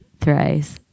thrice